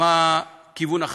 מה כיוון החשיבה.